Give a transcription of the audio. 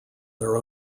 their